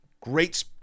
Great